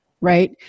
right